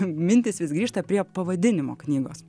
mintys vis grįžta prie pavadinimo knygos